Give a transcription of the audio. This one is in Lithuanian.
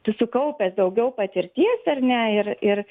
susikaupęs daugiau patirties ar ne ir ir